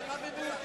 זה הרע במיעוטו.